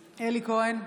כהן,